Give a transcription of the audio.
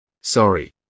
Sorry